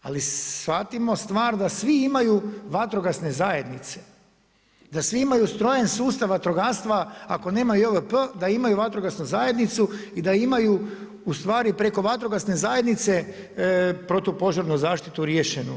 Ali shvatimo stvar da svi imaju vatrogasne zajednice, da svi imaju ustrojen sustav vatrogastva ako nemaju JVP da imaju vatrogasnu zajednicu i da imaju u stvari preko vatrogasne zajednice protupožarnu zaštitu riješenu.